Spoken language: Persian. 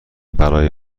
برای